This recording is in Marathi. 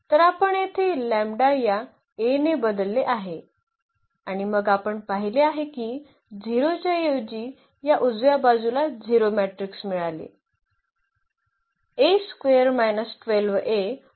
तर आपण येथे या A ने बदलले आहे आणि मग आपण पाहिले आहे की 0 च्या ऐवजी या उजव्या बाजूला 0 मॅट्रिक्स मिळाले